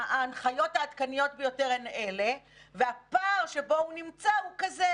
ההנחיות העדכניות ביותר הן אלה והפער שבו הוא נמצא הוא כזה.